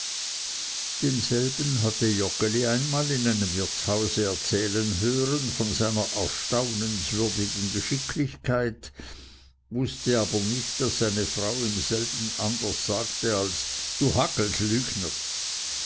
denselben hatte joggeli einmal in einem wirtshause erzählen hören von seiner erstaunenswürdigen geschicklichkeit wußte aber nicht daß seine frau ihm selten anders sagte als du hagels